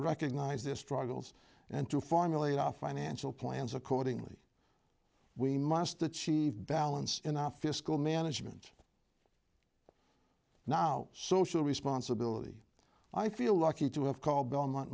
recognize their struggles and to formulate our financial plans accordingly we must achieve balance in our fiscal management now social responsibility i feel lucky to have called belmont